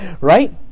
Right